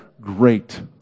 Great